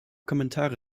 kommentare